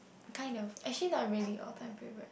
a kind of actually not really all time favourite